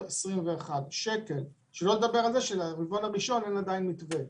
2021. שלא לדבר על זה שלרבעון הראשון אין עדיין מתווה.